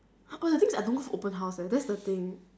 oh the thing is I don't go for open house eh that's the thing